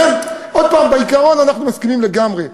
לכן, עוד הפעם, בעיקרון אנחנו מסכימים לגמרי.